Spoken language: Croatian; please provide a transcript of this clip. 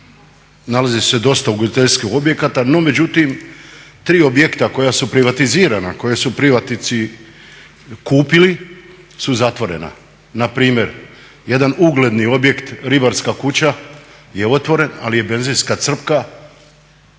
nalazi se dosta ugostiteljskih objekata no međutim tri objekta koja su privatizirana, koja su privatnici kupili su zatvorena. Na primjer jedan ugledni objekt ribarska kuća je otvoren ali je benzinska crpka